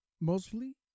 mostly